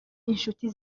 inshuti